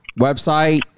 Website